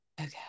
okay